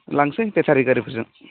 लांसै बेटारि गारिफोरजों